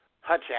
Hutch